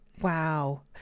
Wow